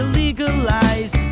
legalize